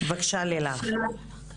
בבקשה, לילך.